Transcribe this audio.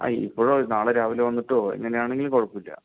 ആ ഇപ്പോഴോ നാളെ രാവിലെ വന്നിട്ടോ എങ്ങനെ ആണെങ്കിലും കുഴപ്പമില്ല